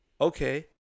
okay